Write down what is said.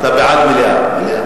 אתה בעד מליאה.